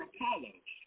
Apollos